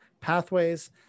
pathways